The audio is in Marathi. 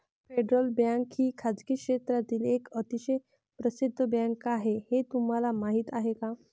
फेडरल बँक ही खासगी क्षेत्रातील एक अतिशय प्रसिद्ध बँक आहे हे तुम्हाला माहीत आहे का?